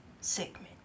segment